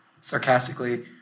sarcastically